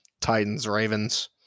Titans-Ravens